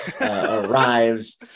arrives